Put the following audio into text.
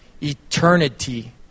eternity